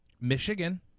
Michigan